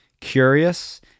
curious